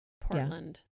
Portland